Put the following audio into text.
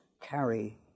carry